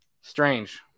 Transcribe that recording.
Strange